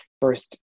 first